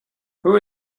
who